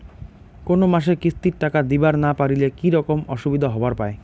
কোনো মাসে কিস্তির টাকা দিবার না পারিলে কি রকম অসুবিধা হবার পায়?